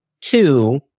Two